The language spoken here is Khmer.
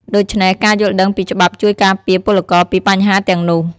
ដូច្នេះ ការយល់ដឹងពីច្បាប់ជួយការពារពលករពីបញ្ហាទាំងនោះ។